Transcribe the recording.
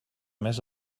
emès